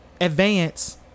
advance